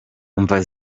umva